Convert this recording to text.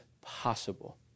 possible